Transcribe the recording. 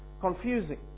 confusing